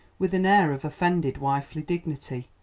with an air of offended wifely dignity.